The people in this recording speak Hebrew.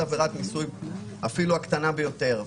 אפילו הקטנה ביותר.